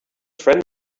friend